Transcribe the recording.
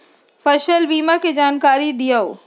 फसल बीमा के जानकारी दिअऊ?